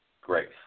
great